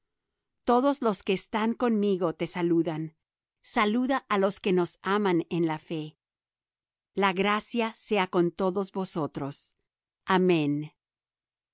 todos los que están conmigo te saludan saluda á los que nos aman en la fe la gracia sea con todos vosotros amén